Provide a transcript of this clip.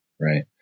right